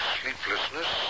sleeplessness